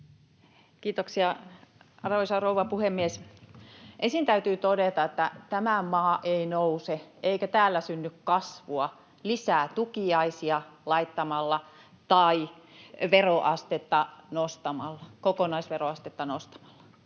Kiitoksia, arvoisa rouva puhemies! Ensin täytyy todeta, että tämä maa ei nouse eikä täällä synny kasvua lisää tukiaisia laittamalla tai kokonaisveroastetta nostamalla.